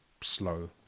slow